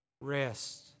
rest